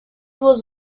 was